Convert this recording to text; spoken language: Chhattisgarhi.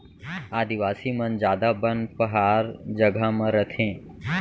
आदिवासी मन जादा बन पहार जघा म रथें